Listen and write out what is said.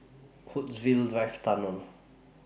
Woodsville wife Tunnel